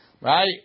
Right